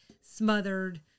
Smothered